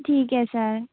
ठीक है सर